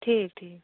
ٹھیٖک ٹھیٖک